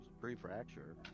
Pre-fracture